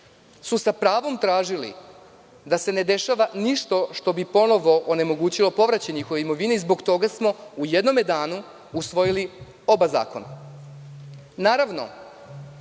su sa pravom tražili da im se ne dešava ništa što bi ponovo onemogućilo povraćaj njihove imovine i zbog toga smo u jednom danu usvojili oba zakona. Naravno,